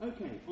Okay